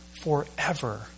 forever